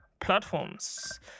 platforms